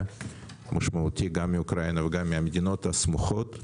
משמעותי גם מאוקראינה וגם מהמדינות הסמוכות.